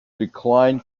declined